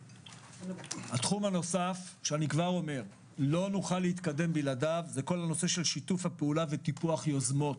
תחום נוסף שלא נוכל להתקדם בלעדיו זה שיתוף הפעולה וטיפוח יוזמות